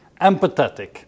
empathetic